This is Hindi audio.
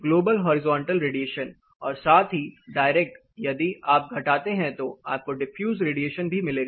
ग्लोबल हॉरिजॉन्टल रेडिएशन और साथ ही डायरेक्ट यदि आप घटाते हैं तो आपको डिफ्यूज रेडिएशन भी मिलेगा